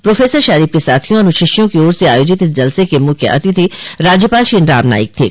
professor Sharib के साथियों और शिष्यों की ओर से आयोजित इस जलसे के मुख्य अतिथि राज्यपाल श्री रामनाईक थे